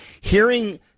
hearing